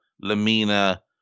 Lamina